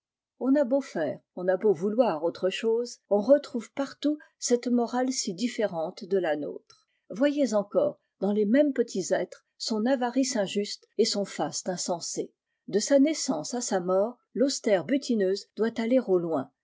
on a beau i on a beau vouloir autre chose on retrouve partout cette morale si différente de la nôtre voyez encore dans les mêmes petits êtres son avarice injuste et son faste insensé d sa naissance à sa mort taustère butineuse doit all au loin